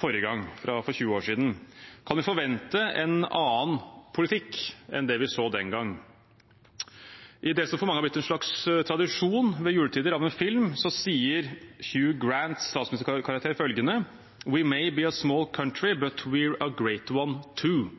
forrige gang, for 20 år siden. Kan vi forvente en annen politikk enn det vi så den gang? I en film som for mange har blitt en slags tradisjon ved juletider, sier Hugh Grants statsministerkarakter følgende: «We may be a small country, but we’re a great one, too.»